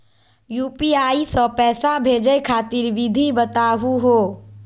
UPI स पैसा भेजै खातिर विधि बताहु हो?